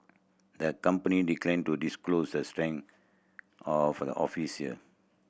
the company declined to disclose the strength of its office here